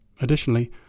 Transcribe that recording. Additionally